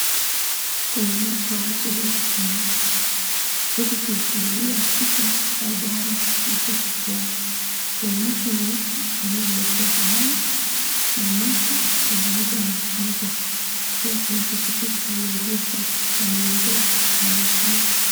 Kuna umati wa watu uliokusanyika ili kushuhudia kisa cha ajali kilichotokea. Kuna moshi mweusi unaoelekea hewani na moto wa rangi ya machungwa. Pia kuna pikipiki iliyoegeshwa na mlingoti unaonekana.